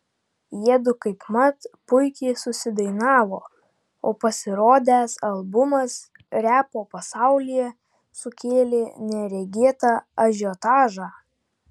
jiedu kaipmat puikiai susidainavo o pasirodęs albumas repo pasaulyje sukėlė neregėtą ažiotažą